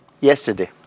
Yesterday